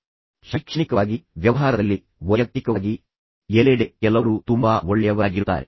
ಅಥವಾ ಶೈಕ್ಷಣಿಕವಾಗಿ ಅಥವಾ ವ್ಯವಹಾರದಲ್ಲಿ ಅಥವಾ ವೈಯಕ್ತಿಕ ಜೀವನದಲ್ಲಿ ಎಲ್ಲೆಡೆ ಕೆಲವು ಜನರು ತುಂಬಾ ಒಳ್ಳೆಯವರಾಗಿರುತ್ತಾರೆ